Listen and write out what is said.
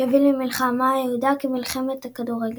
שהובילו למלחמה הידועה כ"מלחמת הכדורגל".